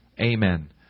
Amen